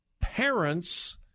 parents